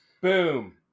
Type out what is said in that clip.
Boom